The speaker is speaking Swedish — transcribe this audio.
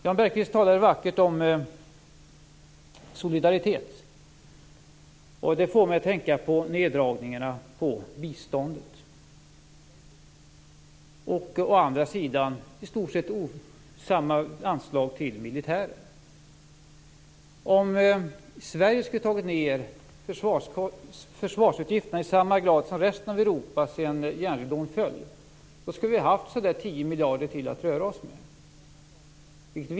Jan Bergqvist talade vackert om solidaritet. Det får mig att tänka på neddragningarna på biståndet och å andra sidan de i stort sett motsvarande anslagen till militären. Om Sverige skulle ha minskat försvarsutgifterna i samma grad som resten av Europa sedan järnridån föll skulle vi ha haft ungefär 10 miljarder till att röra oss med.